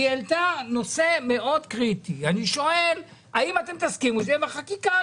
היא העלתה נושא מאוד קריטי ואני שואל האם אתם תסכימו שזה יהיה בחקיקה.